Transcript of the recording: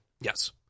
Yes